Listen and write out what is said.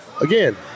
Again